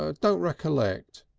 ah don't recollect,